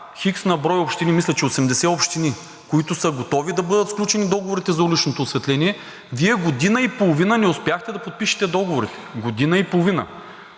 x на брой общини – мисля, че 80 общини са готови да бъдат включени в договорите за уличното осветление, Вие година и половина не успяхте да подпишете договорите. Година и половина